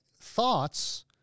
thoughts